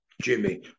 Jimmy